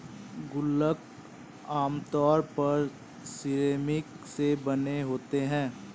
गुल्लक आमतौर पर सिरेमिक से बने होते हैं